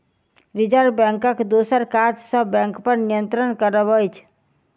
reserve बैंकक दोसर काज सब बैंकपर नियंत्रण करब अछि